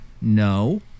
No